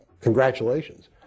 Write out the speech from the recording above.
congratulations